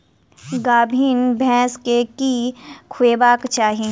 गाभीन भैंस केँ की खुएबाक चाहि?